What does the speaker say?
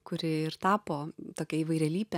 kuri ir tapo tokia įvairialypė